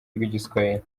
rw’igiswahili